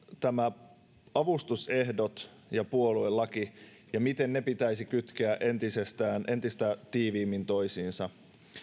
nämä avustusehdot ja puoluelaki ja miten ne pitäisi kytkeä entisestään entistä tiiviimmin toisiinsa